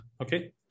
Okay